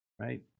right